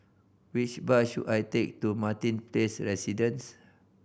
which bus should I take to Martin Place Residence